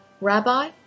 Rabbi